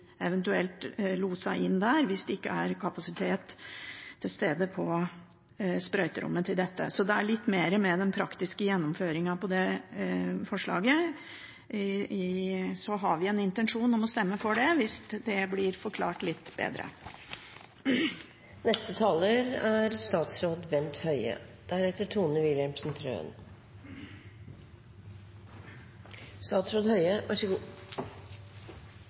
inn der hvis det ikke er kapasitet på sprøyterommet til dette. Så det går litt mer på den praktiske gjennomføringen av det forslaget, men vi har en intensjon om å stemme for det hvis det blir forklart litt bedre.